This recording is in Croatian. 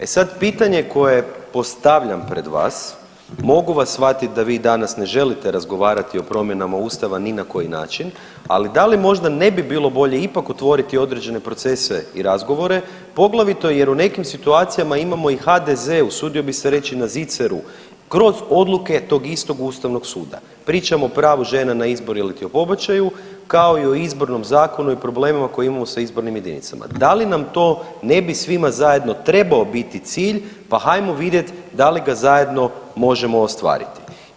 E sad pitanje koje postavljam pred vas, mogu vas shvatit da vi danas ne želite razgovarati o promjenama ustava ni na koji način, ali da li možda ne bi bilo bolje ipak otvoriti određene procese i razgovore, poglavito jer u nekim situacijama imamo i HDZ, usudio bi se reći, na ziceru kroz odluke tog istog ustavnog suda, pričam o pravu žena na izbor iliti o pobačaju, kao i o Izbornom zakonu i problemima koje imamo sa izbornim jedinicama, da li nam to ne bi svima zajedno trebao biti cilj, pa hajmo vidjet da li ga zajedno možemo ostvariti.